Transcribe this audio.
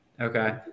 okay